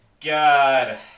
God